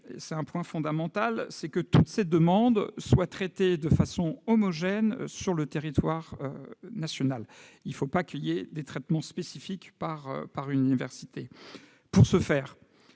c'est un point fondamental -est que toutes les demandes soient traitées de manière homogène sur le territoire national. Il ne faut pas qu'il y ait des traitements spécifiques par université. Pour ce faire,